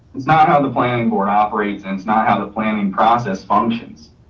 it's not how the planning board operates, and it's not how the planning process functions.